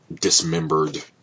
dismembered